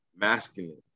masculine